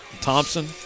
Thompson